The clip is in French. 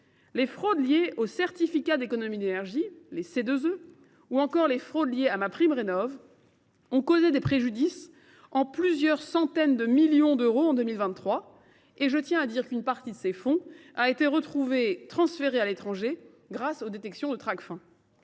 Les fraudes liées au certificat d’économies d’énergie (C2E) ou encore celles qui sont liées à MaPrimeRénov’ ont causé des préjudices de plusieurs centaines de millions d’euros en 2023. Une partie de ces fonds a été retrouvée transférée à l’étranger grâce aux détections de Tracfin.